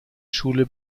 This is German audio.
schule